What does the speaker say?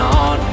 on